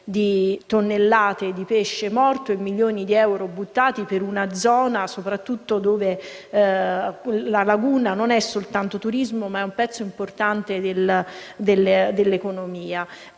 di tonnellate di pesci e milioni di euro buttati soprattutto in una zona dove la laguna non è soltanto turismo ma un pezzo importante dell'economia.